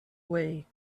way